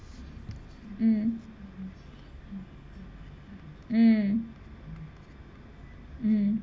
mm mm mm